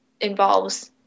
involves